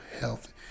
health